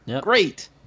great